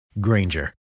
Granger